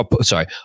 sorry